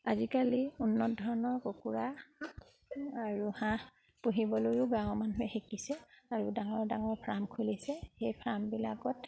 আজিকালি উন্নত ধৰণৰ কুকুৰা আৰু হাঁহ পুহিবলৈয়ো গাঁৱৰ মানুহে শিকিছে আৰু ডাঙৰ ডাঙৰ ফাৰ্ম খুলিছে সেই ফাৰ্মবিলাকত